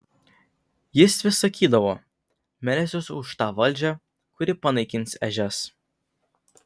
jis vis sakydavo melsiuos už tą valdžią kuri panaikins ežias